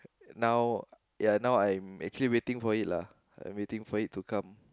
now ya now I'm actually waiting for it lah I'm actually waiting for it to come